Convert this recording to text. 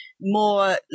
more